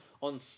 on